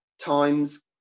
times